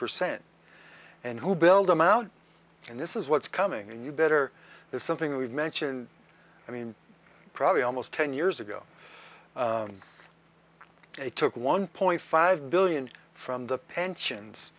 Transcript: percent and who build them out and this is what's coming in you better is something we've mentioned i mean probably almost ten years ago it took one point five billion from the pensions